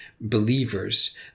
believers